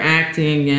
acting